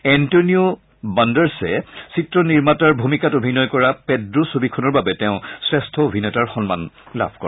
Antonio Banderas চিত্ৰ নিৰ্মাতাৰ ভূমিকাত অভিনয় কৰা পেড্ৰো ছবিখনৰ বাবে শ্ৰেষ্ঠ অভিনেতাৰ সন্মান লাভ কৰে